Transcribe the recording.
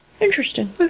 Interesting